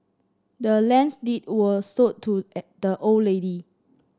the land's deed was sold to the old lady